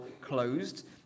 closed